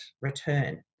return